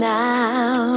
now